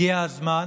הגיע הזמן